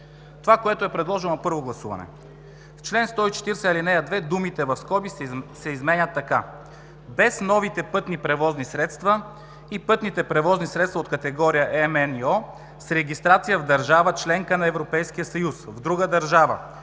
Това, което е предложено на първо гласуване: „В чл. 140, ал. 2 думите в скоби се изменят така: „без новите пътни превозни средства и пътните превозни средства от категории М, N и О с регистрация в държава – членка на Европейския съюз, в друга държава